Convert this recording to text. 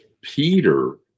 Peter